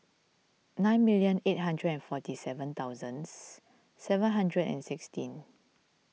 nine million eight hundred and forty seven thousands seven hundred and sixteen